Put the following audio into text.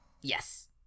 Yes